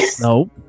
Nope